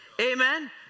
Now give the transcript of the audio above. Amen